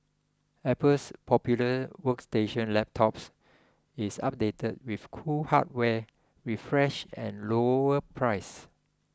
Apple's popular workstation laptops is updated with cool hardware refresh and lower prices